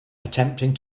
attempting